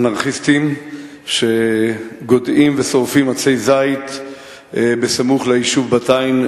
אנרכיסטים שגודעים ושורפים עצי זית בסמוך ליישוב בת-עין,